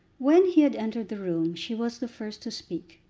when he had entered the room she was the first to speak.